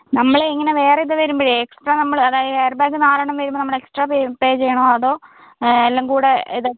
നമ്മൾ എങ്ങനെ വേറെ ഇത് വരുമ്പോഴേ എക്സ്ട്രാ നമ്മൾ അതായത് എയർ ബാഗ് നാലെണ്ണം വരുമ്പം നമ്മൾ എക്സ്ട്രാ പേ പേ ചെയ്യണോ അതോ എല്ലാം കൂടെ ഇത്